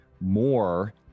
more